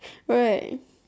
alright